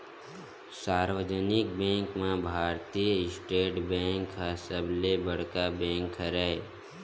सार्वजनिक बेंक म भारतीय स्टेट बेंक ह सबले बड़का बेंक हरय